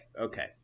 Okay